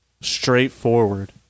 straightforward